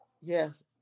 yes